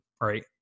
right